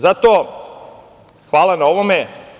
Zato, hvala na ovome.